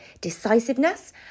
decisiveness